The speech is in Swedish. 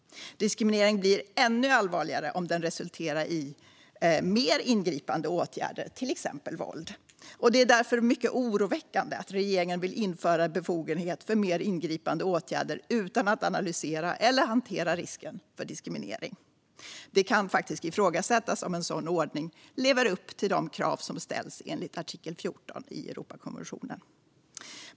Diskrimineringen blir ännu allvarligare om den resulterar i mer ingripande åtgärder, till exempel våld. Det är därför mycket oroväckande att regeringen vill införa befogenhet för mer ingripande åtgärder utan att analysera eller hantera risken för diskriminering. Det kan ifrågasättas om en sådan ordning lever upp till de krav som ställs enligt artikel 14 i Europakonventionen.